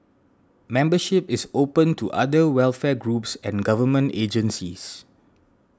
membership is open to other welfare groups and government agencies